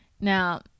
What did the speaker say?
Now